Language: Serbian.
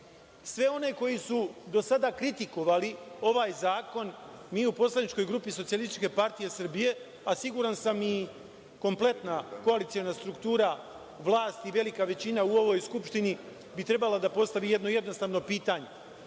Sve one koji su do sada kritikovali ovaj zakon, mi u poslaničkoj grupi SPS, a siguran sam im kompletna koaliciona struktura vlasti, velika većina u ovoj skupštini, bi trebala da postavi jedno jednostavno pitanje,